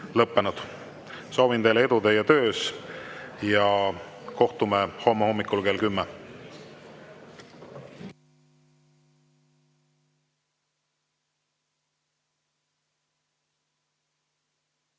Soovin teile edu teie töös! Kohtume homme hommikul kell 10.